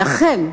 ולכן,